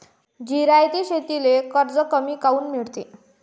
जिरायती शेतीले कर्ज कमी काऊन मिळते?